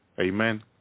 Amen